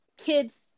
kids